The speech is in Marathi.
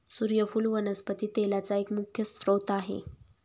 सुर्यफुल वनस्पती तेलाचा एक मुख्य स्त्रोत आहे